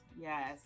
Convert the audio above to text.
yes